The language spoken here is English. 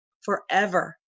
forever